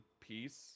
peace